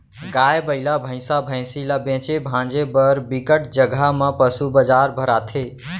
गाय, बइला, भइसा, भइसी ल बेचे भांजे बर बिकट जघा म पसू बजार भराथे